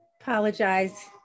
Apologize